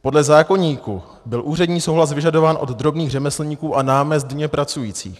Podle zákoníku byl úřední souhlas vyžadován od drobných řemeslníků a námezdně pracujících.